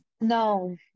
No